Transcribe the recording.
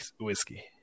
whiskey